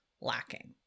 lacking